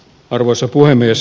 arvoisa puhemies